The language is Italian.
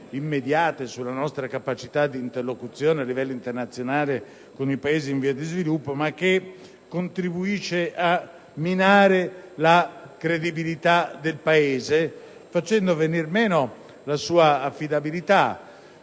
immediate sulla nostra capacità di interlocuzione a livello internazionale con i Paesi in via di sviluppo, ma che contribuisce a minare la credibilità del nostro Paese, facendo venir meno la sua affidabilità,